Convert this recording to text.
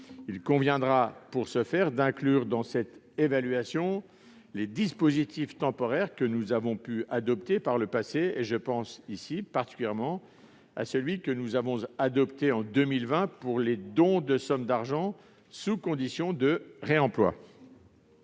Il conviendra pour ce faire d'inclure dans cette évaluation les dispositifs temporaires que nous avons pu adopter par le passé ; je pense particulièrement à celui que nous avons adopté en 2020 pour les dons de sommes d'argent sous condition de réemploi.